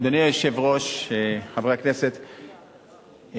אדוני היושב-ראש, חברי הכנסת,